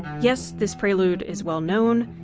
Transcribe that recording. yes this prelude is well known,